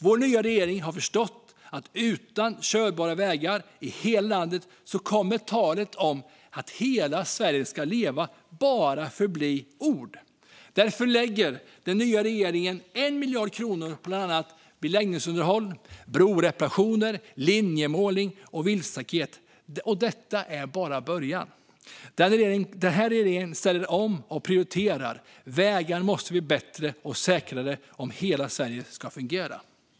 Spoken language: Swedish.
Vår nya regering har förstått detta: Utan körbara vägar i hela landet kommer talet om att hela Sverige ska leva att förbli bara ord. Därför lägger den nya regeringen 1 miljard kronor på bland annat beläggningsunderhåll, broreparationer, linjemålning och viltstaket. Detta är bara början. Den här regeringen ställer om och prioriterar. Vägarna måste bli bättre och säkrare om hela Sverige ska fungera.